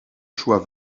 choix